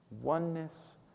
oneness